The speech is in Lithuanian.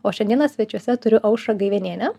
o šiandieną svečiuose turiu aušrą gaivenienę